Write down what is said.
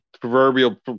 proverbial